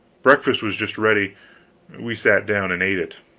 breakfast was just ready we sat down and ate it.